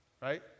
Right